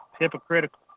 hypocritical